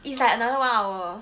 it's like another one hour